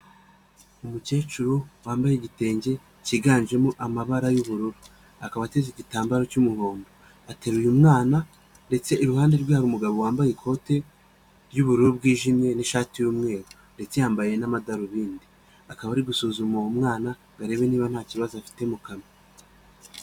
Umukecuru wambaye igitenge kiganjemo amabara y'ubururu, akaba ateze igitambaro cy'umuhondo ateruye umwana, ndetse iruhande rwe hari umugabo wambaye ikote ry'ubururu bwijimye n'ishati y'umweru, ndetse yambaye n'amadarubindi, akaba ari gusuzuma uwo mwana ngo arebe niba nta kibazo afite mu kanwa.